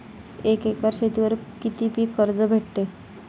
एक एकर शेतीवर किती पीक कर्ज भेटते?